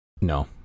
no